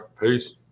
Peace